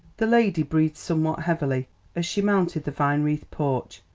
the lady breathed somewhat heavily as she mounted the vine-wreathed porch.